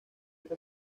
esta